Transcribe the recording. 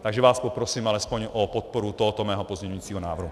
Takže vás poprosím alespoň o podporu tohoto mého pozměňujícího návrhu.